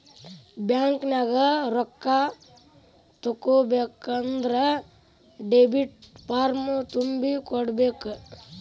ಬ್ಯಾಂಕ್ನ್ಯಾಗ ರೊಕ್ಕಾ ತಕ್ಕೊಬೇಕನ್ದ್ರ ಡೆಬಿಟ್ ಫಾರ್ಮ್ ತುಂಬಿ ಕೊಡ್ಬೆಕ್